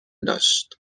داشت